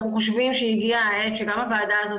אנחנו חושבים שהגיעה העת שגם הוועדה הזאת